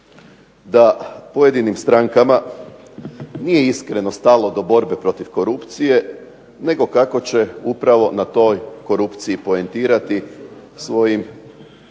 da pojedinim strankama nije iskreno stalo do borbe protiv korupcije nego kako će upravo na toj korupciji poentirati svojim